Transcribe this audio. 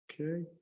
Okay